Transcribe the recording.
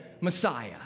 Messiah